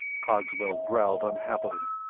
cogswell growled unhappily.